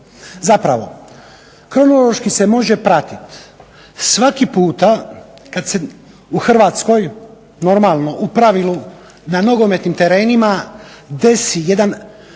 Zapravo kronološki se može pratit svaki puta kad se u Hrvatskoj, normalno u pravilu na nogometnim terenima desi jedan